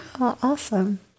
awesome